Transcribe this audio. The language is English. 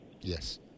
Yes